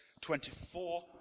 24